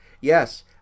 Yes